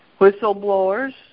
whistleblowers